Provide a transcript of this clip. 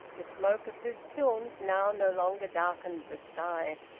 the smoke of whose kilns now no longer darkened the sky.